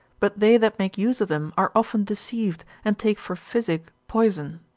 but they that make use of them are often deceived, and take for physic poison.